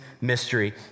mystery